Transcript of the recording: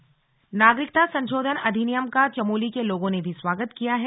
CAA समर्थन नागरिकता संशोधन अधिनियम का चमोली के लोगों ने भी स्वागत किया है